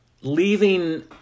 leaving